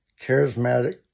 charismatic